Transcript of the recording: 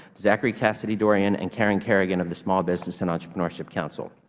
zachary cassidydorion, and karen kerrigan of the small business and entrepreneurship council.